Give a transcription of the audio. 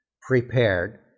prepared